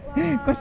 !wah!